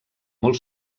molt